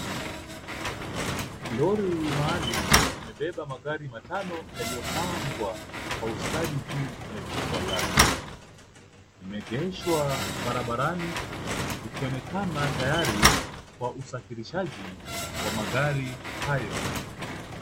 Lori maalum limebeba magari matano yaliyopangwa kwa ustadi juu ya jukwaa lake. Limeegeshwa barabarani likionekana tayari kwa usafirishaji wa magari hayo.